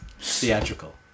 theatrical